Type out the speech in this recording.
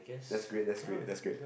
that's great that's great that's great